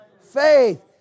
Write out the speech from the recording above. faith